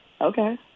Okay